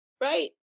Right